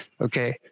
Okay